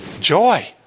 Joy